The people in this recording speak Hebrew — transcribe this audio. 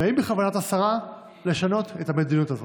השאלה היא איך להיות.